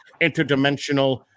interdimensional